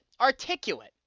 articulate